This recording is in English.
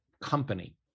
company